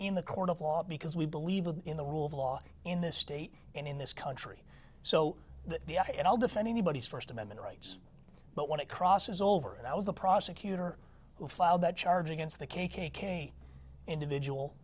in the court of law because we believe in the rule of law in this state and in this country so that the i'll defend anybody's first amendment rights but when it crosses over and i was the prosecutor who filed that charge against the k k k individual